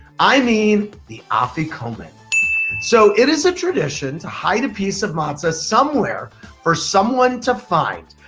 i mean the afikoman so, it is a tradition to hide piece of matzah somewhere for someone to find.